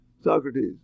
socrates